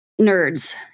nerds